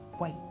wait